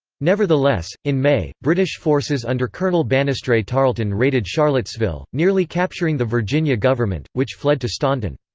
nevertheless, in may, british forces under colonel banastre tarleton raided charlottesville, nearly capturing the virginia government, which fled to staunton.